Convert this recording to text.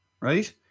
right